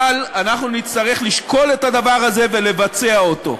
אבל אנחנו נצטרך לשקול את הדבר הזה ולבצע אותו.